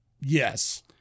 Yes